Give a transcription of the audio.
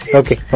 okay